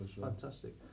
fantastic